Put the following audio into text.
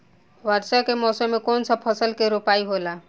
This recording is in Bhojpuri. वर्षा के मौसम में कौन सा फसल के रोपाई होला?